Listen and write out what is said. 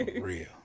real